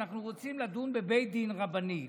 אנחנו רוצים לדון בבית דין רבני,